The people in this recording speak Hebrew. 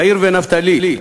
יאיר ונפתלי.